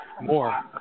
more